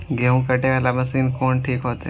गेहूं कटे वाला मशीन कोन ठीक होते?